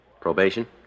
Probation